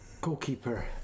Goalkeeper